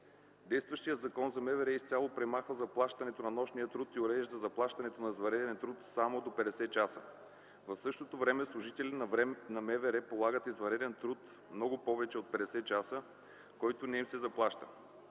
Действащият Закон за МВР изцяло премахва заплащането на нощния труд и урежда заплащането на извънреден труд само до 50 часа. В същото време служители на МВР полагат извънреден труд много повече от 50 часа, който не им се заплаща.